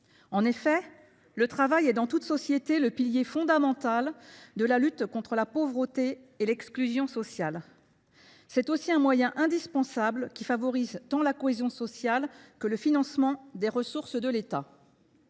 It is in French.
En effet, le travail est, dans toute société, le pilier fondamental de la lutte contre la pauvreté et l’exclusion sociale. C’est aussi un moyen indispensable, qui favorise tant la cohésion sociale que le financement des ressources de l’État.